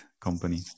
company